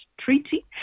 treaty